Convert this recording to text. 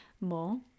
more